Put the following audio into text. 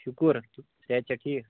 شُکُر صحت چھا ٹھیٖک